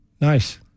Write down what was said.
Nice